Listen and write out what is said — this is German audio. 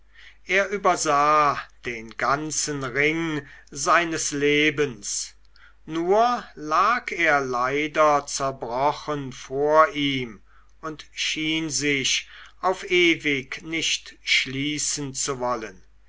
er übersah den ganzen ring seines lebens nur lag er leider zerbrochen vor ihm und schien sich auf ewig nicht schließen zu wollen